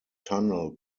tunnel